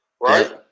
right